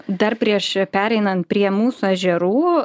dar prieš pereinan prie mūsų ežerų